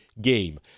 game